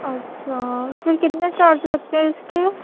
اچھا سر کتنے چارج لگتے ہیں اِس کے